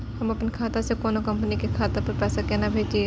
हम अपन खाता से कोनो कंपनी के खाता पर पैसा केना भेजिए?